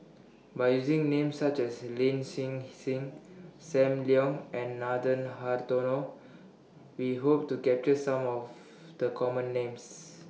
By using Names such as Lin Hsin Hsin SAM Leong and Nathan Hartono We Hope to capture Some of The Common Names